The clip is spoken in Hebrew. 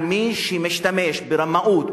על מי שמשתמש ברמאות,